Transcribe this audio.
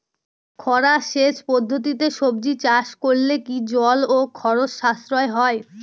খরা সেচ পদ্ধতিতে সবজি চাষ করলে কি জল ও খরচ সাশ্রয় হয়?